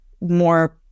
more